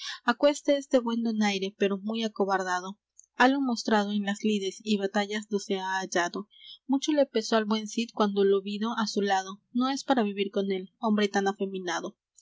es de buen donaire pero muy acobardado halo mostrado en las lides y batallas do se ha hallado mucho le pesó al buen cid cuando lo vido á su lado no es para vivir con él hombre tan afeminado